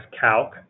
calc